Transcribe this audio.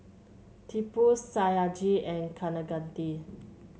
Tipu Satyajit and Kaneganti